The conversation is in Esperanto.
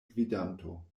gvidanto